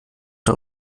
der